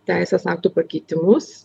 teisės aktų pakeitimus